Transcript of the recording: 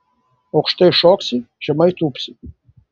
aukštai šoksi žemai tūpsi